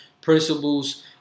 Principles